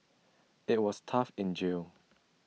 IT was tough in jail